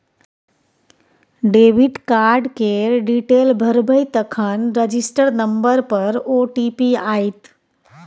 debit card केर detail भरबै तखन रजिस्टर नंबर पर ओ.टी.पी आएत